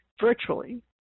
virtually